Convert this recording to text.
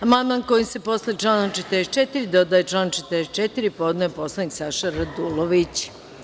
Amandman kojim se posle člana 44. dodaje član 44. podneo je poslanik Saša Radulović.